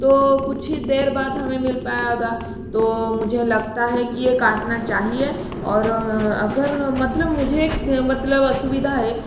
तो कुछ ही देर बाद हमें मिल पायागा तो मुझे लगता है कि यह काटना चाहिए और अगर मतलब मुझे इक मतलब असुविधा है